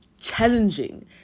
challenging